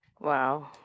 Wow